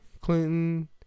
Clinton